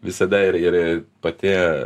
visada ir ir pati